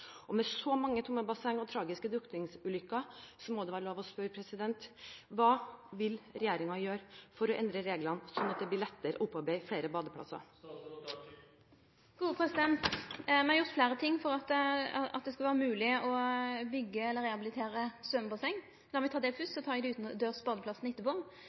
og med så mange tomme basseng og tragiske drukningsulykker må det være lov til å spørre: Hva vil regjeringen gjøre for å endre reglene, slik at det blir lettere å opparbeide flere badeplasser? Me har gjort fleire ting for at det skal vere mogleg å byggje eller rehabilitere symjebasseng. La meg ta det først,